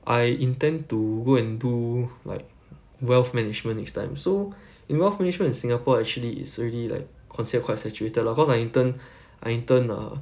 I intend to go and do like wealth management next time so in wealth management in singapore actually is already like considered quite saturated lah cause I intern I intern ah